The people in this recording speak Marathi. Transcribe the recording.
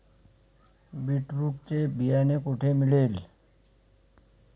बीटरुट चे बियाणे कोठे मिळेल?